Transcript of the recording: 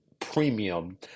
premium